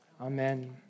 Amen